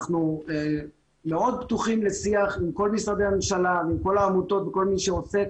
אנחנו מאוד פתוחים לשיח עם כל משרדי הממשלה ועם כל העמותות וכל מי שעוסק